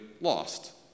lost